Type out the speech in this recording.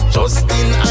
Justin